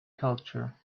culture